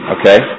Okay